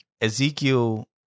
Ezekiel